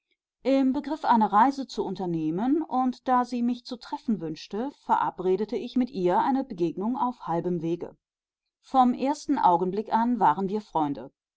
im begriff eine reise zu unternehmen und da sie mich zu treffen wünschte verabredete ich mit ihr eine begegnung auf halbem wege vom ersten augenblick an waren wir freunde